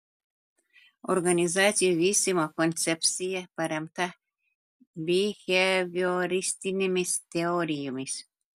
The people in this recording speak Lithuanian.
organizacijų vystymo koncepcija paremta bihevioristinėmis teorijomis